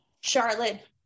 Charlotte